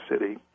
City